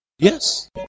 Yes